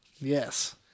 Yes